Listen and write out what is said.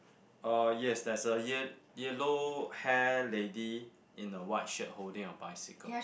uh yes there's a ye~ yellow hair lady in a white shirt holding a bicycle